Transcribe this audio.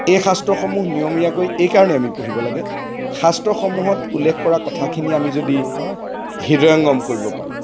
এই শাস্ত্ৰসমূহ নিয়মীয়াকৈ এইকাৰণেই আমি পঢ়িব লাগে শাস্ত্ৰসমূহত উল্লেখ কৰা কথাখিনি আমি যদি হৃদয়ংগম কৰিব পাৰোঁ